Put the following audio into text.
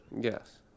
Yes